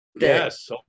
Yes